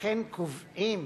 וכן קובעים